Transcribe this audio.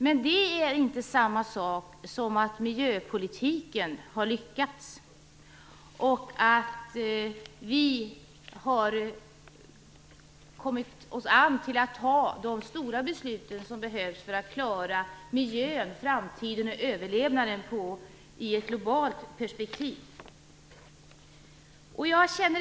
Men det är inte samma sak som att miljöpolitiken har lyckats, att vi har tagit de stora beslut som behövs för att klara miljön, framtiden och överlevnaden i ett globalt perspektiv.